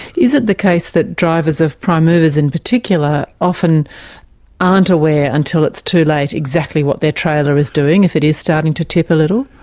is it the case that drivers of prime movers in particular often aren't aware until it's too late exactly what their trailer is doing, if it is starting to tip a little?